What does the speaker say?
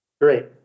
Great